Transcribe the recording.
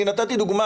אני נתתי דוגמה.